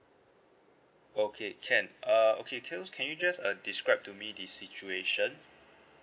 okay can uh okay just can you just uh describe to me the situation